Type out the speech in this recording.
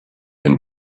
and